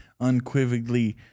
unquivocally